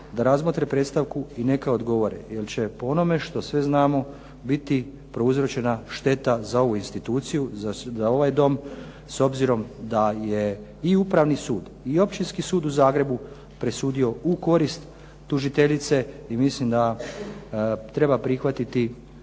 da razmotre predstavku i neka odgovore, jer će po onome što sve znamo biti prouzročena šteta za ovu instituciju, za ovaj Dom, s obzirom da je i upravni sud, i Općinski sud u Zagrebu presudio u korist tužiteljice i mislim da treba prihvatiti